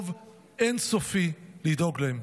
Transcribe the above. יש לנו בבית הזה חוב אין-סופי לדאוג להם.